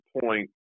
point